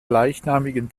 gleichnamigen